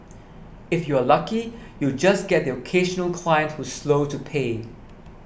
if you're lucky you'll just get the occasional client who's slow to pay